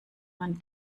man